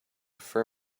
fur